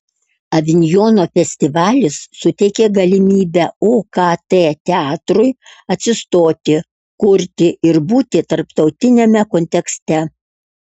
avinjono festivalis suteikė galimybę okt teatrui atsistoti kurti ir būti tarptautiniame kontekste